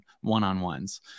one-on-ones